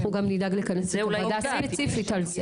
אנחנו גם נדאג לכנס את הוועדה ספציפית על זה.